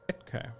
Okay